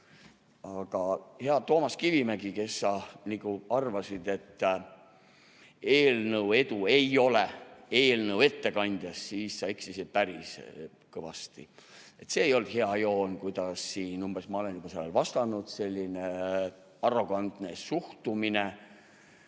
Aga hea Toomas Kivimägi, kes sa arvasid, et eelnõu edu ei olene eelnõu ettekandjast, sa eksisid päris kõvasti. See ei olnud hea joon siin, umbes et "ma olen juba sellele vastanud". Selline arrogantne suhtumine.